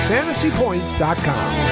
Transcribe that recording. FantasyPoints.com